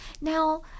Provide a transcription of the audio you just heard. now